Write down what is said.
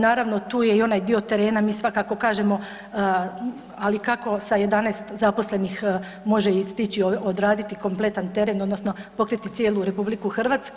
Naravno tu je i onaj dio terena, mi svakako kažemo ali kako sa 11 zaposlenih može i stići odraditi kompletan teren odnosno pokriti cijelu RH.